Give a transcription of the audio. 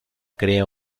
crea